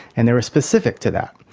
and they were specific to that,